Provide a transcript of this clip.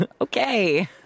Okay